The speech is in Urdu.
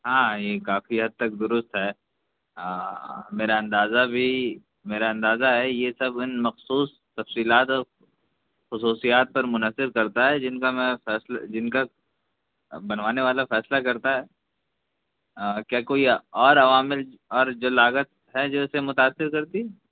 ہاں یہ کافی حد تک دُرست ہے میرا اندازہ بھی میرا اندازہ ہے یہ سب اِن مخصوص تفصیلات اور خصوصیات پر منحصر کرتا ہے جن کا میں جن کا بنوانے والا فیصلہ کرتا ہے کیا کوئی اور عوامل اور جو لاگت ہے جو اِسے متأثر کرتی ہے